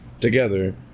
together